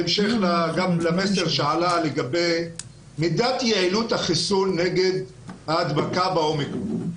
לומר בהמשך למסר שעלה לגבי מידת יעילות החיסון נגד ההדבקה ב-אומיקרון.